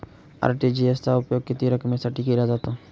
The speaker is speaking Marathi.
आर.टी.जी.एस चा उपयोग किती रकमेसाठी केला जातो?